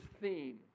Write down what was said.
theme